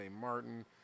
Martin